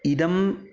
इदम्